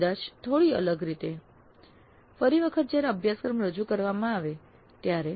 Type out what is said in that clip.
કદાચ થોડી અલગ રીતે ફરી વખત જયારે અભ્યાસક્રમ રજુ કરવામાં આવે ત્યારે